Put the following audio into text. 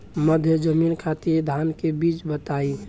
मध्य जमीन खातिर धान के बीज बताई?